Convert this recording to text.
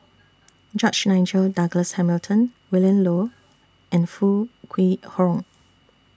George Nigel Douglas Hamilton Willin Low and Foo Kwee Horng